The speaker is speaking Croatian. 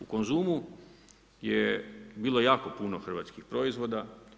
U Konzumu je bilo jako puno hrvatskih proizvoda.